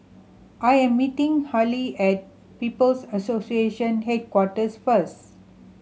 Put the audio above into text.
I am meeting Harlie at People's Association Headquarters first